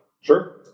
Sure